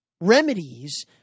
remedies